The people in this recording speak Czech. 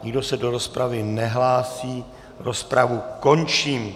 Nikdo se do rozpravy nehlásí, rozpravu končím.